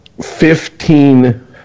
Fifteen